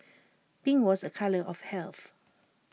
pink was A colour of health